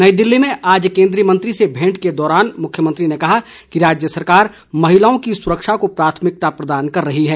नई दिल्ली में आज केंद्रीय मंत्री से भेंट के दौरान मुख्यमंत्री ने कहा कि राज्य सरकार महिलाओं की सुरक्षा को प्राथमिकता प्रदान कर रही है